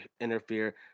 interfere